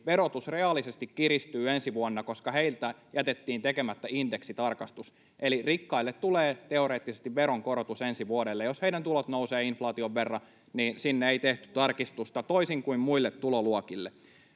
verotus reaalisesti kiristyy ensi vuonna, koska heiltä jätettiin tekemättä indeksitarkastus, eli rikkaille tulee teoreettisesti veronkorotus ensi vuodelle. Jos heidän tulonsa nousevat inflaation verran, niin sinne ei tehty tarkistusta, toisin kuin muille tuloluokille.